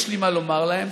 יש לי מה לומר להם.